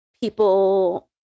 people